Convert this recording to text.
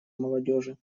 молодежи